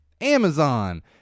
Amazon